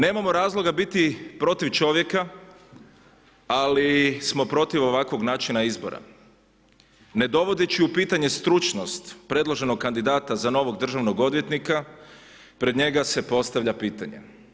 Nemamo razloga biti protiv čovjeka ali smo protiv ovakvog način izbora. ne dovodeći u pitanje stručnost predloženog kandidata za novog državnog odvjetnika, pred njega se postavlja pitanje.